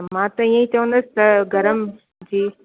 मां त ईअं ई चवंदसि त गरम जी